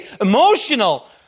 emotional